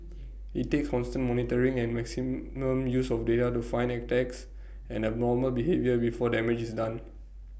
IT takes constant monitoring and maximum use of data to find attacks and abnormal behaviour before damage is done